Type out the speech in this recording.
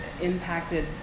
impacted